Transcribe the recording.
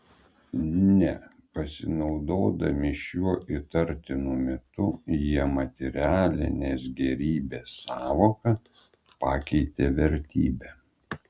ne pasinaudodami šiuo įtartinu mitu jie materialinės gėrybės sąvoką pakeitė vertybe